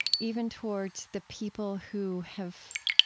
even towards the people who have,